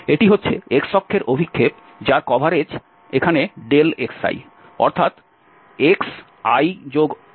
এটি হচ্ছে x অক্ষের অভিক্ষেপ যার কভারেজ এখানে xi অর্থাৎ xi1 xi